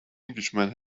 englishman